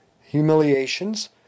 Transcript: humiliations